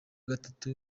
gatatu